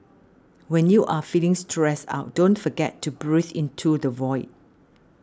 when you are feeling stressed out don't forget to breathe into the void